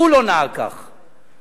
הוא לא נהג כך,